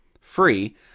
free